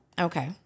Okay